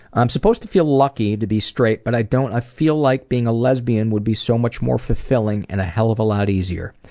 i'm supposed to feel lucky to be straight, but i don't. i feel like being a lesbian would be so much more fulfilling and a hell of a lot easier.